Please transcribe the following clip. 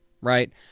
right